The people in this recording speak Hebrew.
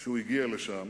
שהוא הגיע לשם,